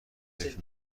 فکر